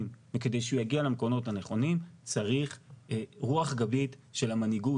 וכדי שהוא יגיע למקומות הנכונים צריך רוח גבית של המנהיגות,